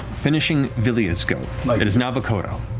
finishing vilya's go, like it is now vokodo.